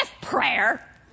prayer